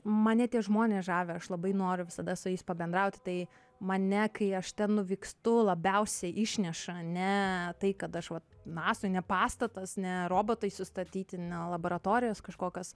mane tie žmonės žavi aš labai noriu visada su jais pabendrauti tai mane kai aš ten nuvykstu labiausiai išneša ne tai kad aš va nasoj ne pastatas ne robotai sustatyti ne laboratorijos kažkokios